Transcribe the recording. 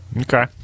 Okay